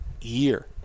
year